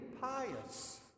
pious